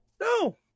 No